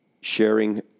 sharing